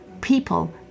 people